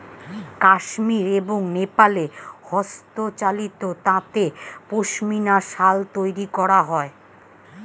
কাশ্মীর এবং নেপালে হস্তচালিত তাঁতে পশমিনা শাল তৈরি করা হয়